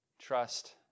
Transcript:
trust